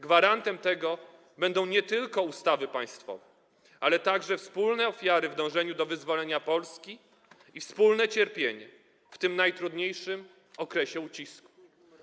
Gwarantem tego będą nie tylko ustawy państwowe, ale także wspólne ofiary w dążeniu do wyzwolenia Polski i wspólne cierpienie w tym najtrudniejszym okresie ucisku.